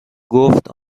گفت